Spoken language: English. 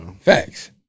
Facts